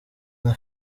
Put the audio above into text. nka